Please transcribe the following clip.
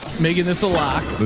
megan this'll lock,